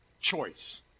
Choice